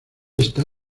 está